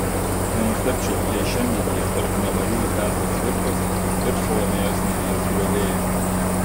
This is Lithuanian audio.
nenustebčiau jei šiandien jie tarp nemariųjų petro cvirkos ir salomėjos nėries griovėjų